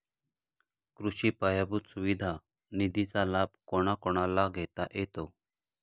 कृषी पायाभूत सुविधा निधीचा लाभ कोणाकोणाला घेता येतो?